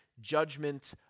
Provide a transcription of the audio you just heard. judgment